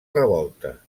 revolta